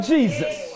Jesus